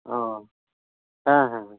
ᱚᱸᱻ ᱦᱮᱸ ᱦᱮᱸ ᱦᱮᱸ